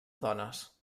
dones